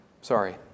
Sorry